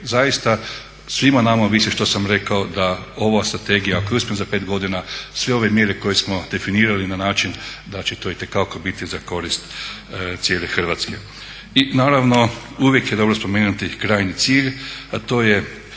zaista o svima nama ovisi što sam rekao da ova strategija ako je … /Govornik se ne razumije./… za 5 godina sve ove mjere koje smo definirali na način da će to itekako biti za korist cijele Hrvatske. I naravno uvijek je dobro spomenuti krajnji cilj, a to je